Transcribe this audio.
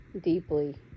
Deeply